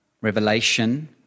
Revelation